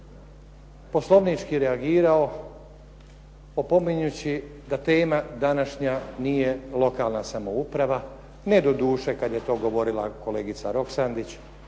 poslovnički reagirao opominjući da tema današnja nije lokalna samouprave, ne doduše kada je to govorila kolegica Roksandić,